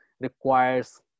requires